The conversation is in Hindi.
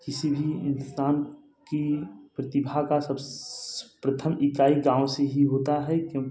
किसी भी इंसान की प्रतिभा का सब प्रथम इकाई गाँव से ही होता है क्यों